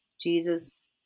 Jesus